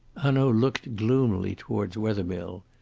hanaud looked gloomily towards wethermill.